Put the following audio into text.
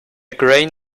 grain